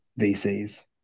VCs